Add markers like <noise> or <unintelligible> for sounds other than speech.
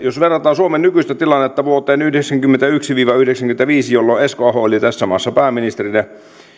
<unintelligible> jos verrataan suomen nykyistä tilannetta vuosiin yhdeksänkymmentäyksi viiva yhdeksänkymmentäviisi jolloin esko aho oli tässä maassa pääministerinä